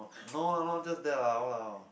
no lah not just that lah !walao!